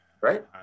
right